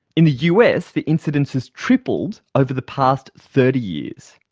in the us the incidence has tripled over the past thirty years.